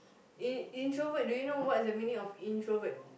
in introvert do you know what the meaning of introvert